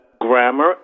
grammar